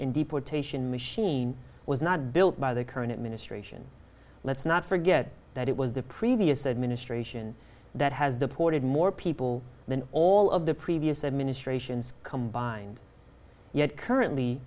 in deportation machine was not built by the current administration let's not forget that it was the previous administration that has deported more people than all of the previous administrations combined yet currently